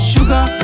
Sugar